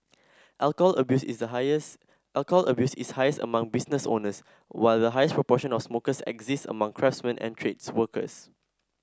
alcohol abuse is highest alcohol abuse is highest among business owners while the highest proportion of smokers exist among craftsmen and trades workers